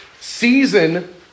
season